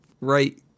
right